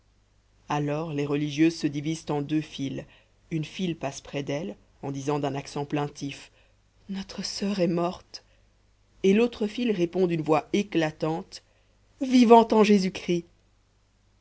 alors les religieuses se divisent en deux files une file passe près d'elle en disant d'un accent plaintif notre soeur est morte et l'autre file répond d'une voix éclatante vivante en jésus-christ